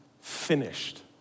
finished